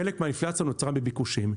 חלק מהאינפלציה נוצרה מביקושים.